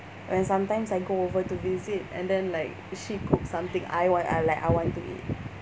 when sometimes I go over to visit and then like she cooks something I want I like I want to eat